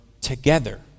together